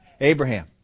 Abraham